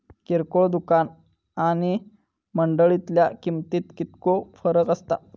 किरकोळ दुकाना आणि मंडळीतल्या किमतीत कितको फरक असता?